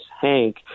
Hank